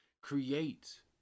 create